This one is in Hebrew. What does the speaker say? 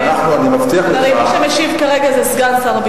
מי שמשיב כרגע זה סגן שר החוץ.